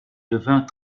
devint